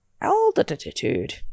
altitude